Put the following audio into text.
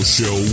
Show